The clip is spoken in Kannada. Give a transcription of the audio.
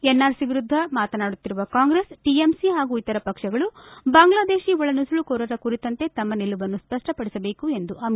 ಎನ್ಆರ್ಸಿ ವಿರುದ್ದ ಮಾತನಾಡುತ್ತಿರುವ ಕಾಂಗ್ರೆಸ್ ಟಿಎಂಸಿ ಹಾಗೂ ಇತರ ಪಕ್ಷಗಳು ಬಾಂಗ್ಲಾದೇಶಿ ಒಳನುಸುಳುಕೋರರ ಕುರಿತಂತೆ ತಮ್ಮ ನಿಲುವನ್ನು ಸ್ವಪ್ಪಪಡಿಸಬೇಕು ಎಂದು ಅಮಿತ್ ಷಾ ಒತ್ತಾಯಿಸಿದರು